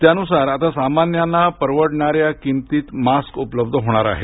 त्यानुसार आता सामान्यांना परवडणाऱ्या किमतीत मास्क उपलब्ध होणार आहे